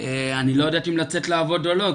אני לא יודעת אם לצאת לעבוד או לא,